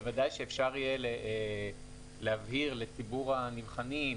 בוודאי שאפשר יהיה להבהיר לציבור הנבחנים,